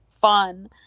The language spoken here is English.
fun